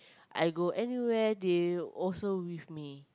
I go anywhere they also with me